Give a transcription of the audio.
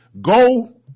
go